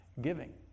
giving